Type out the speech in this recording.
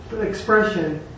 expression